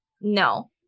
no